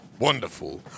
Wonderful